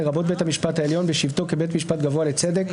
לרבות בית המשפט העליון בשבתו כבית משפט גבוה לצדק,